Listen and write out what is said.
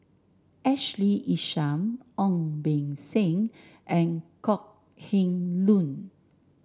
Ashley Isham Ong Beng Seng and Kok Heng Leun